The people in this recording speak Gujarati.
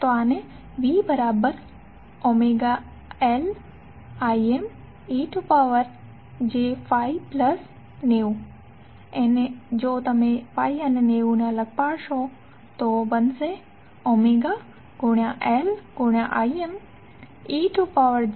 તો આને VωLImej∅90ωLImej∅ej90 તરીકે લખી શકાય છે